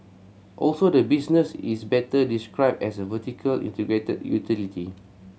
also the business is better described as a vertical integrated utility